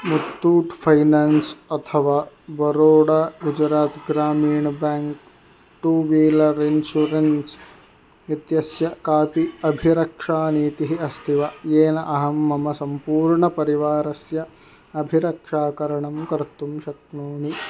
Muthoot finance अथवा Baroda Gujarat Gramin bank two wheeler insurance इत्यस्य कापि अभिरक्षानीतिः अस्ति वा येन अहं मम सम्पूर्णपरिवारस्य अभिरक्षाकरणं कर्तुं शक्नोमि